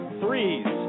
threes